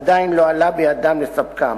עדיין לא עלה בידם לספקם.